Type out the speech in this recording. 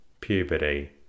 puberty